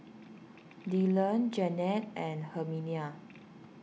Dylon Jannette and Herminia